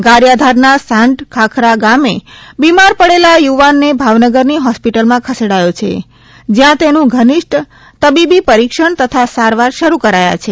ગારીયાધારના સાંઢખાખરા ગામે બિમાર પડેલા યુવાનને ભાવનગરની હોસ્પિટલમાં ખસેડાયો છે જ્યાં તેનું ધનિષ્ઠ તબીબી પરિક્ષણ તથા સારવાર શરૂ કરાયા છે